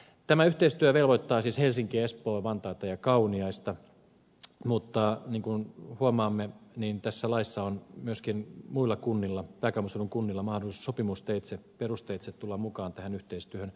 tämä yhteistyö velvoittaa siis helsinkiä espoota vantaata ja kauniaista mutta niin kuin huomaamme tässä laissa on myöskin muilla pääkaupunkiseudun kunnilla mahdollisuus sopimusteitse perusteitse tulla mukaan tähän yhteistyöhön